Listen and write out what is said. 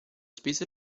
space